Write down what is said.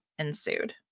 ensued